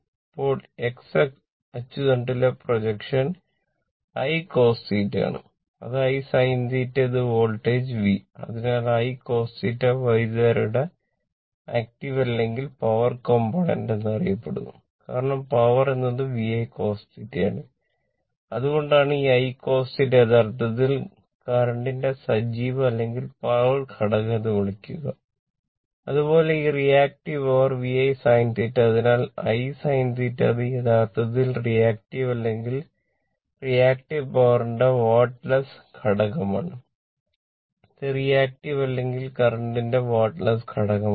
അപ്പോൾ ഈ x അച്ചുതണ്ടിലെ പ്രൊജക്ഷൻ I cos θ ആണ് ഇതാണ് I sin θ ഇത് വോൾട്ടേജ് ഘടകമാണ് ഇത് റിയാക്ടീവ് ഘടകമാണ്